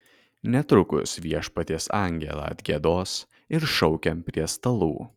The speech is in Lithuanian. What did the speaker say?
netrukus viešpaties angelą atgiedos ir šaukiam prie stalų